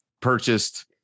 purchased